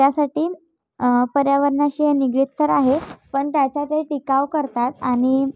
त्यासाठी पर्यावरणाशी हे निगडीत तर आहे पण त्याचा ते टिकाव करतात आणि